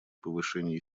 повышения